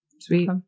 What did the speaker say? Sweet